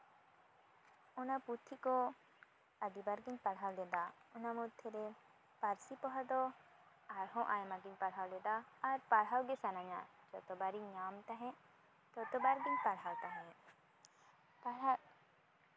ᱚᱱᱟ ᱯᱩᱛᱷᱤ ᱠᱚ ᱟᱹᱰᱤᱵᱟᱨ ᱜᱤᱧ ᱯᱟᱲᱦᱟᱣ ᱞᱮᱫᱟ ᱚᱱᱟ ᱢᱚᱫᱽᱫᱷᱮᱨᱮ ᱯᱟᱹᱨᱥᱤ ᱯᱚᱦᱟ ᱫᱚ ᱟᱨᱦᱚᱸ ᱟᱭᱢᱟ ᱜᱤᱧ ᱯᱟᱲᱦᱟᱣ ᱞᱮᱫᱟ ᱟᱨ ᱯᱟᱲᱦᱟᱣ ᱜᱮ ᱥᱟᱱᱟᱧᱟ ᱡᱚᱛᱚ ᱵᱟᱨᱤᱧ ᱧᱟᱢ ᱛᱟᱦᱮᱸᱜ ᱛᱚᱛᱚ ᱵᱟᱨᱜᱤᱧ ᱯᱟᱲᱦᱟᱣ ᱛᱟᱦᱮᱸᱜ ᱯᱟᱲᱦᱟᱜ